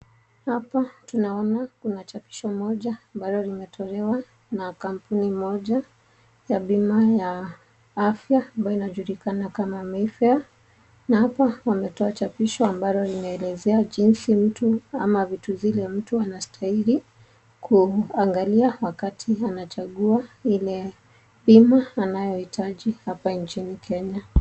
Hapa tunaona kuna chapisho moja ambalo limetolewa na kampuni moja ya bima ya afya ambayo inajulikana kama Mayfair na hapa wametoa chapisho ambalo linaelezea jinsi mtu ama vitu zile mtu anastahili kuangalia wakati anachagua bima anayohitaji hapa nchini Kenya.